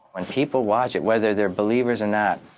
when people watch it, whether they're believers or not,